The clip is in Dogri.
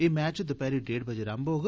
एह मैच दपैहरी डेढ़ बजे रम्भ होग